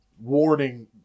warning